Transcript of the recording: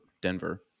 Denver